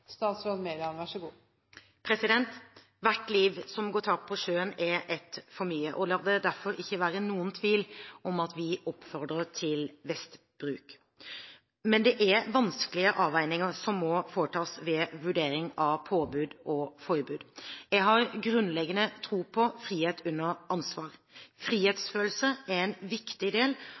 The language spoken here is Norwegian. derfor ikke være noen tvil om at vi oppfordrer til vestbruk. Men det er vanskelige avveininger som må foretas ved vurdering av påbud og forbud. Jeg har grunnleggende tro på frihet under ansvar. Frihetsfølelse er en viktig del